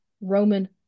Roman